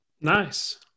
Nice